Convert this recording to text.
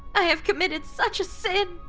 i have committed such a sin!